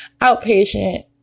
outpatient